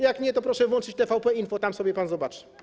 Jak nie, to proszę włączyć TVP Info, tam sobie pan zobaczy.